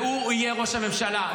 והוא יהיה ראש הממשלה.